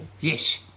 Yes